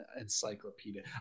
encyclopedia